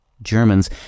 Germans